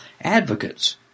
advocates